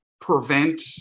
prevent